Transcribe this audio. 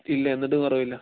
ഇല്ല എന്നിട്ടും കുറവില്ല